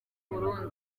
burundi